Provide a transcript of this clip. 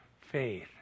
faith